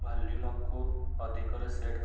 ଭଲ୍ୟୁମକୁ ଅଧିକରେ ସେଟ୍